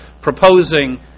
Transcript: proposing